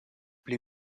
pli